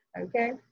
Okay